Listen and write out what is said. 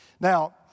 Now